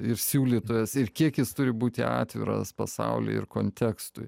ir siūlytojas ir kiek jis turi būti atviras pasauliui ir kontekstui